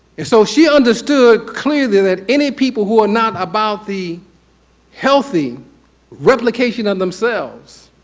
so she understood clearly that any people who are not about the healthy replication of themselves,